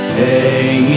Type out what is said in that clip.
hey